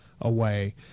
away